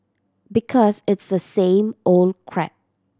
because it's the same old crap